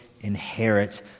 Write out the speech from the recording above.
inherit